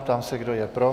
Ptám se, kdo je pro.